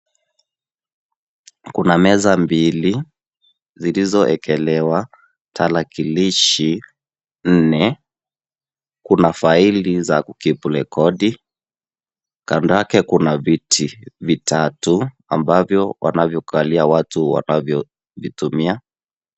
Kuna meza mbili zilizoekelewa tarakilishi nne, kuna faili za ku keep rekodi, kando yake kuna viti vitatu ambavyo wanavyokalia watu wanavyovitumia.